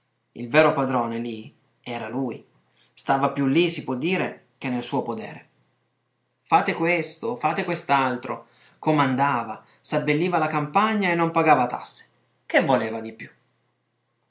il vero padrone lì era lui stava più lì si può dire che nel suo podere fate questo fate quest'altro comandava s'abbelliva la campagna e non pagava tasse che voleva di più